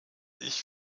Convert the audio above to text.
ich